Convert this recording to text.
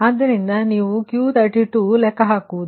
ಆದ್ದರಿಂದ ನಂತರ ನೀವು Q32 ಲೆಕ್ಕ ಹಾಕುತ್ತೀರಿ